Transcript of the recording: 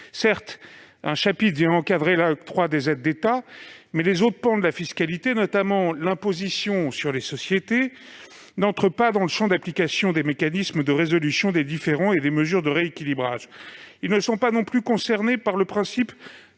Certes, un chapitre vient encadrer l'octroi des aides d'État, mais les autres pans de la fiscalité, notamment l'imposition sur les sociétés, n'entrent pas dans le champ d'application des mécanismes de résolution des différends et des mesures de rééquilibrage. Ils ne sont pas non plus concernés par le principe